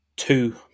Two